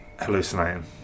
hallucinating